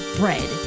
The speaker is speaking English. bread